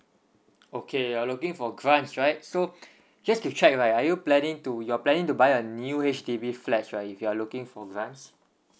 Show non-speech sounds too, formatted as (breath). okay you're looking for grants right so (breath) just to check right are you planning to you're planning to buy a new H_D_B flats right if you're looking for grants